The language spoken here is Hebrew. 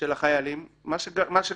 כי במקרה האחרון,